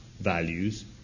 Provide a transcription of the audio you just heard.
values